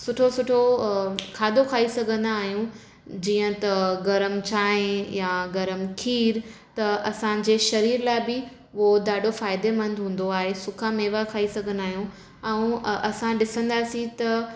सुठो सुठो खाधो खाई सघंदा आहियूं जीअं त गरम चांहि या गरम खीरु त असांजे शरीर लाइ बि उहो ॾाढो फ़ाइदेमंद हून्दो आहे सुका मेवा खाई सघंदा आहियूं ऐं असां ॾिसंदासीं त